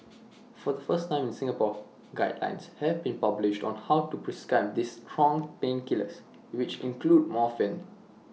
for the first time in Singapore guidelines have been published on how to prescribe these strong painkillers which include morphine